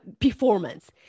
performance